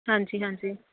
ਹਾਂਜੀ ਹਾਂਜੀ